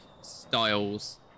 styles